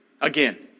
Again